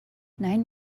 nine